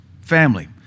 Family